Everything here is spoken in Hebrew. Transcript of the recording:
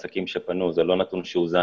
בשלב הזה הוא זה שרווחת הציבור,